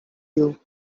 you